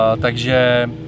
takže